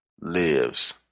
lives